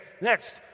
next